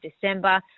December